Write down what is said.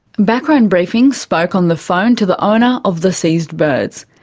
background briefing spoke on the phone to the owner of the seized birds.